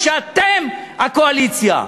כשאתם הקואליציה,